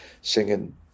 singing